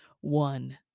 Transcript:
one